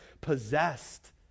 possessed